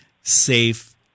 safe